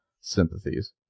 sympathies